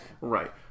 right